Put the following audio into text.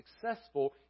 successful